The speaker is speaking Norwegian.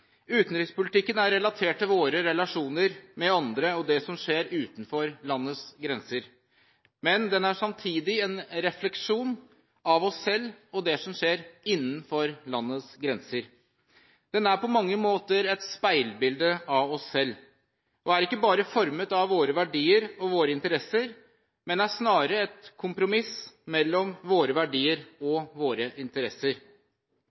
utenrikspolitikken. Utenrikspolitikken er relatert til våre relasjoner med andre og det som skjer utenfor landets grenser, men den er samtidig en refleksjon av oss selv og det som skjer innenfor landets grenser. Den er på mange måter et speilbilde av oss selv og er ikke bare formet av våre verdier og vår interesser, men er snarere et kompromiss mellom våre verdier